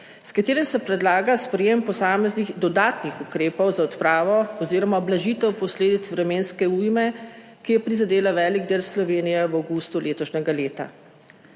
s katerim se predlaga sprejem posameznih dodatnih ukrepov za odpravo oz. ublažitev posledic vremenske ujme, ki je prizadela velik del Slovenije v avgustu letošnjega leta.